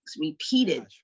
repeated